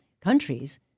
countries